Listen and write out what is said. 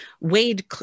Wade